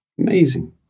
Amazing